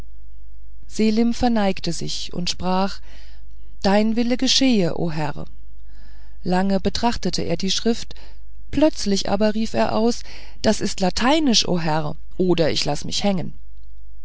selim verneigte sich und sprach dein wille geschehe o herr lange betrachtete er die schrift plötzlich aber rief er aus das ist lateinisch o herr oder ich laß mich hängen